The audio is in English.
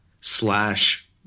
slash